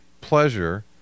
pleasure